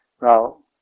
Now